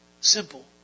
Simple